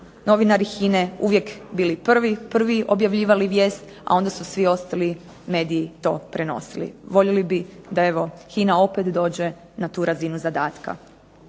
novinari HINA-e uvijek bili prvi, prvi objavljivali vijest a onda su svi ostali mediji to prenosili. Voljeli bi da evo HINA opet dođe na tu razinu zadatka.